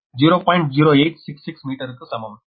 0866 மீட்டருக்கு சமம்